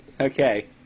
Okay